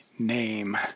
name